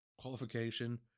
qualification